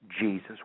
Jesus